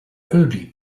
early